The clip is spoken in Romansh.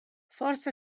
forsa